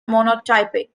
monotypic